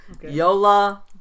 Yola